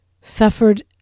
suffered